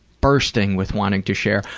bursting with wanting to share.